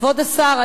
כבוד השר,